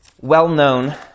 well-known